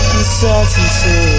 Uncertainty